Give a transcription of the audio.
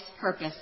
purpose